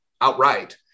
outright